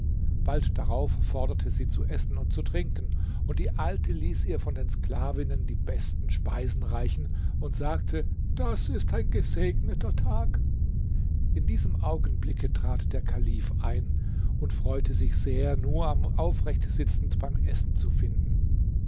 bald darauf forderte sie zu essen und zu trinken und die alte ließ ihr von den sklavinnen die besten speisen reichen und sagte das ist ein gesegneter tag in diesem augenblicke trat der kalif herein und freute sich sehr nuam aufrecht sitzend beim essen zu finden